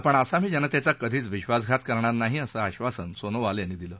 आपण आसामी जनतेचा कधीच विक्वासघात करणार नाही असं आक्वासन सोनोवाल यांनी दिलं